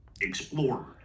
explorer